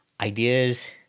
ideas